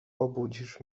obudzisz